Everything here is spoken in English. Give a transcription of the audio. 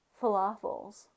falafels